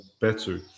better